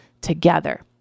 together